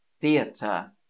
theatre